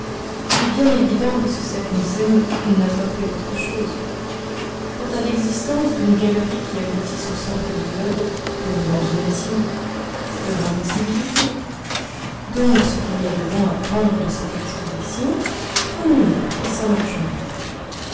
il est bien évident que ce saknussemm n'a pas fait autre chose quant à l'existence d'une galerie qui aboutisse au centre du globe pure imagination pure impossibilité donc ce qu'il y a de bon à prendre de cette expédition prenons-le et sans marchander